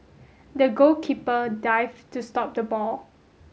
the goalkeeper dived to stop the ball